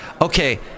Okay